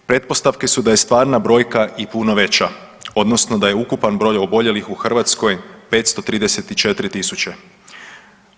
Pretpostavke su da je stvarna brojka i puno veća odnosno da je ukupan broj oboljelih u Hrvatskoj 534.000.